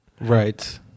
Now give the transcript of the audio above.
Right